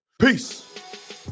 Peace